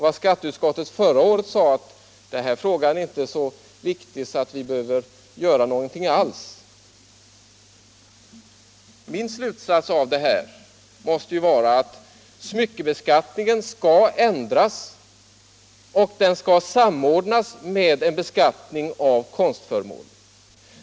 Vad skatteutskottet förra året sade var att den här frågan inte är så viktig att vi behöver göra någonting alls. Min slutsats måste vara att smyckebeskattningen skall ändras och samordnas med en beskattning av konstföremål.